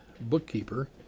bookkeeper